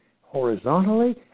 horizontally